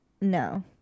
No